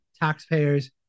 taxpayers